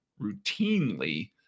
routinely